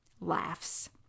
laughs